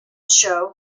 show